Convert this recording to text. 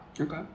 Okay